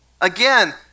Again